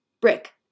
brick